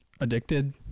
Addicted